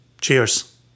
Cheers